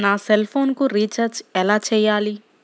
నా సెల్ఫోన్కు రీచార్జ్ ఎలా చేయాలి?